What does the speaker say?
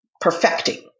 perfecting